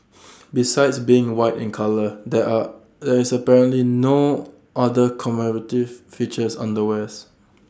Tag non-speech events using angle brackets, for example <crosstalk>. <noise> besides being white in colour there are there is apparently no other commemorative features on the wares